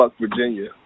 Virginia